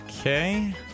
Okay